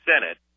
Senate